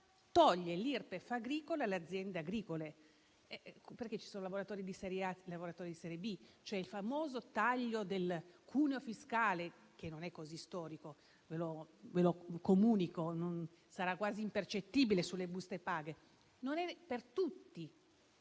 toglie l'Irpef agricola alle aziende agricole? Perché? Ci sono lavoratori di serie A e lavoratori di serie B? Il famoso taglio del cuneo fiscale - che non è così storico, ve lo comunico: sarà quasi impercettibile sulle buste paga - non è per tutti: